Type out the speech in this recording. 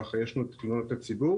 כך יש לנו תלונות הציבור,